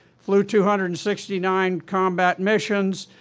flew two hundred and sixty nine combat missions,